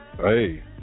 Hey